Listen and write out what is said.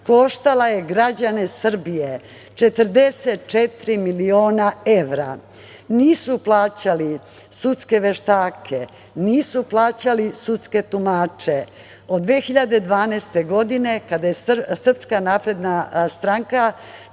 koštala je građane Srbije 44 miliona evra. Nisu plaćali sudske veštake, nisu plaćale sudske tumače. Od 2012. godine kada je SNS preuzela